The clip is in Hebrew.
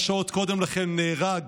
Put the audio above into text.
כמה שעות קודם לכן נהרג